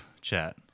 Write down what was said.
chat